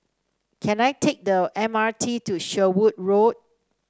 can I take the M R T to Sherwood Road